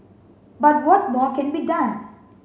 but what more can be done